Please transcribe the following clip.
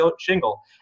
shingle